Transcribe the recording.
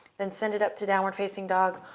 then send it up to downward facing dog.